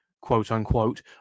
quote-unquote